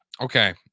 okay